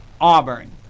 Auburn